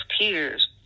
Tears